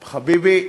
חביבי,